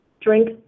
drink